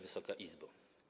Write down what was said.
Wysoka Izbo!